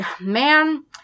man